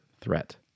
threat